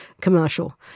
commercial